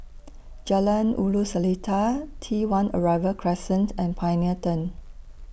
Jalan Ulu Seletar T one Arrival Crescent and Pioneer Turn